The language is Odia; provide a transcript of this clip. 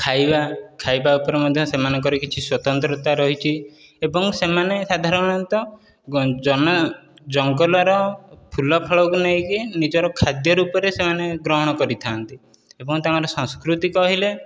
ଖାଇବା ଖାଇବା ଉପରେ ମଧ୍ୟ ସେମାନଙ୍କର କିଛି ସ୍ୱତ୍ୱନ୍ତ୍ରତା ରହିଛି ଏବଂ ସେମାନେ ସାଧାରଣତଃ ଜଙ୍ଗଲର ଫୁଲ ଫଳକୁ ନେଇକି ନିଜର ଖାଦ୍ୟ ରୂପରେ ଗ୍ରହଣ କରିଥାନ୍ତି ଏବଂ ତାଙ୍କର ସଂସ୍କୃତି କହିଲେ